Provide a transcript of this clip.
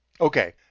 Okay